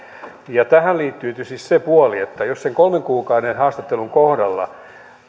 tähän liittyy tietysti se puoli että jos sen kolmen kuukauden haastattelun kohdalla